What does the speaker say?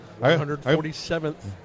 147th